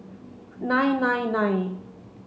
nine nine nine